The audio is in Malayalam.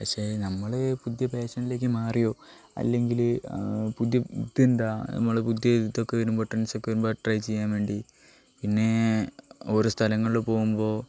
പക്ഷേ നമ്മൾ പുതിയ പേഷനിലേക്ക് മാറുകയോ അല്ലെങ്കിൽ പുതിയ ഇതെന്താ നമ്മൾ പുതിയ ഇതൊക്കെ വരുമ്പോൾ ട്രെൻ്റ്സൊക്കെ വരുമ്പോൾ അത് ട്രൈ ചെയ്യാൻ വേണ്ടി പിന്നേ ഓരോ സ്ഥലങ്ങളിൽ പോവുമ്പോൾ